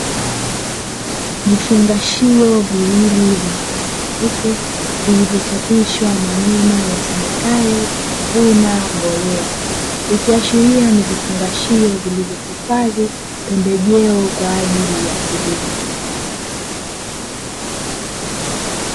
Vigungashio viwili vyenye rangi nyeupe vilivyochapishwa maneno yasomekayo "vuna mbolea" ikiashiria ni vifungashio vinavyohifadhi pembejeo kwa ajili ya kilimo.